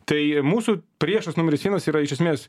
tai mūsų priešas numeris vienas yra iš esmės